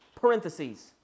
Parentheses